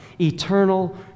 eternal